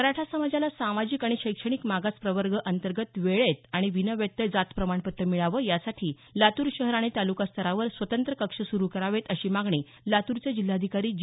मराठा समाजाला सामाजिक आणि शैक्षणिक मागास प्रवर्ग अंतर्गत वेळेत आणि विनाव्यत्यय जात प्रमाणपत्र मिळावं यासाठी लातूर शहर आणि तालुकास्तरांवर स्वतंत्र कक्ष सुरू करावेत अशी मागणी लातूरचे जिल्हाधिकारी जी